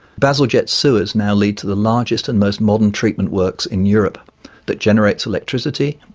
bazalgette's sewers now lead to the largest and most modern treatment works in europe that generates electricity,